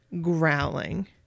growling